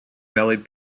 bellied